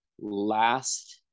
last